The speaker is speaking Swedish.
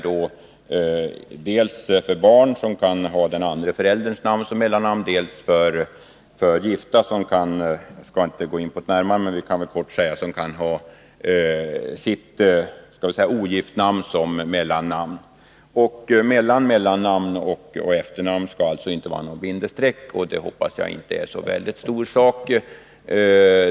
Dels kan barn ha den ena förälderns namn som mellannamn, dels kan gifta ha sitt namn som ogift som mellannamn. Mellan mellannamn och efternamn skall det alltså inte vara något bindestreck, och jag hoppas att det inte är en stor sak.